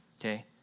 okay